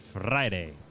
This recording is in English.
Friday